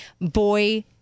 boy